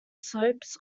slopes